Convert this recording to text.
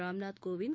Ramnath Kovind